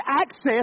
access